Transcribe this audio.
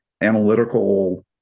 analytical